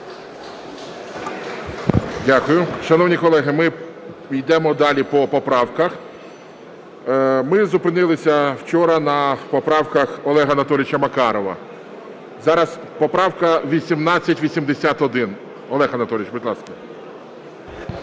Дякую. Шановні колеги, ми йдемо далі по поправках. Ми зупинилися вчора на поправках Олега Анатолійовича Макарова. Зараз поправка 1881. Олег Анатолійович, будь ласка.